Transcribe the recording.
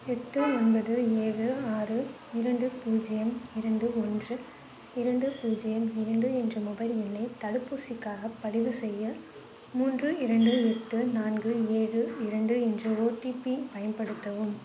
எட்டு ஒன்பது ஏழு ஆறு இரண்டு பூஜ்ஜியம் இரண்டு ஒன்று இரண்டு பூஜ்ஜியம் இரண்டு என்ற மொபைல் எண்ணை தடுப்பூசிக்காகப் பதிவு செய்ய மூன்று இரண்டு எட்டு நான்கு ஏழு இரண்டு என்ற ஓடிபி பயன்படுத்தவும்